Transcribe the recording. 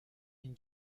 این